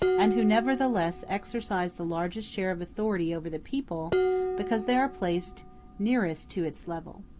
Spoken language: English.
and who nevertheless exercise the largest share of authority over the people because they are placed nearest to its level.